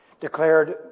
declared